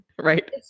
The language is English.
Right